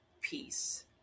peace